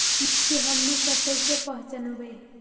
किट के हमनी सब कईसे पहचनबई?